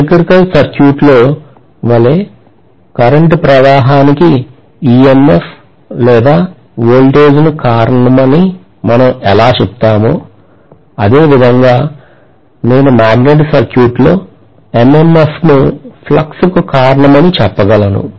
electrical సర్క్యూట్లో వలెకరెంటు ప్రవాహానికి EMF లేదా వోల్టేజ్ ను కారణమని మనం ఎలా చెప్తామో అదే విధంగా నేను మాగ్నెటిక్ సర్క్యూట్లో MMF ను ఫ్లక్స్ కు కారణమని చెప్పగలను